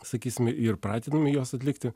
sakysime ir pratiname juos atlikti